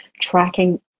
tracking